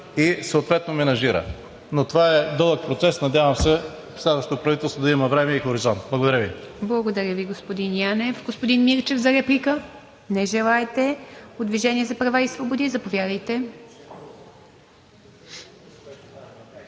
и съответно менажира, но това е дълъг процес. Надявам се, следващото правителство да има време и хоризонт. Благодаря Ви. ПРЕДСЕДАТЕЛ ИВА МИТЕВА: Благодаря Ви, господин Янев. Господин Мирчев, за реплика? Не желаете. От „Движение за права и свободи“? Заповядайте.